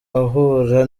ahura